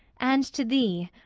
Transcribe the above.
and to thee,